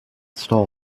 stall